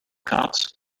cops